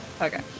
Okay